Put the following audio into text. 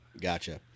Gotcha